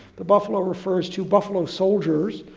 the buffalo refers to buffalo soldiers,